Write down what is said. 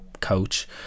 coach